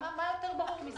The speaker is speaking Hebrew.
מה יותר ברור מזה?